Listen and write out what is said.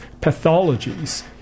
pathologies